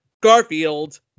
Garfield